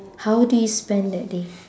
how do you spend that day